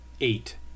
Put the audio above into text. Eight